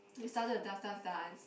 we started to dance dance dance